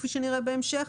כפי שנראה בהמשך,